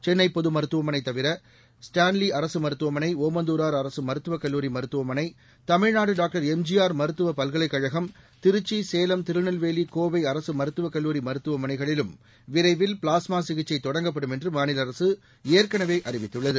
சென்னை பொது மருத்துவமனை தவிர ஸ்டான்லி அரசு மருத்துவமனை ஓமந்தூரார் அரசு மருத்துவக் கல்லூரி மருத்துவமனை தமிழ்நாடு டாக்டர் எம்ஜிஆர் மருத்துவப் பல்கலைக் கழகம் திருச்சி சேலம் திருநெல்வேலி கோவை அரசு மருத்துவக் கல்லூரி மருத்துவமனைகளிலும் விரைவில் பிளாஸ்மா சிகிச்சை தொடங்கப்படும் என்று மாநில அரசு ஏற்கனவே அறிவித்துள்ளது